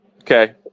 okay